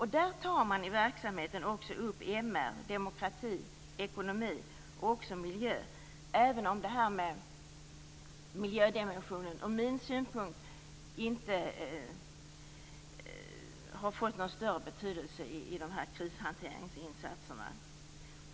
I verksamheten tar man också upp MR, demokrati, ekonomi och miljö - även om just miljödimensionen från min synpunkt inte har fått någon större betydelse i krishanteringsinsatserna.